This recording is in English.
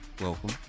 Welcome